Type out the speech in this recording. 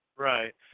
Right